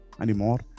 anymore